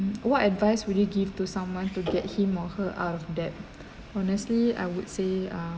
what advice would you give to someone to get him or her of that honestly I would say uh